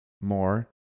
more